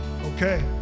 Okay